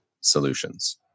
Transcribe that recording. solutions